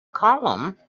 column